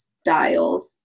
styles